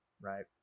Right